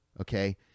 okay